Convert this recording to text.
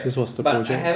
this was the project